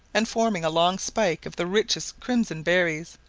and forming a long spike of the richest crimson berries.